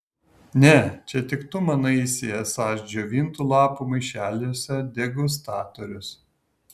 ne čia tik tu manaisi esąs džiovintų lapų maišeliuose degustatorius